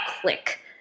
click